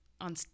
On